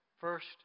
First